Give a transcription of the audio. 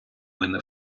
мене